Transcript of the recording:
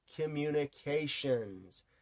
communications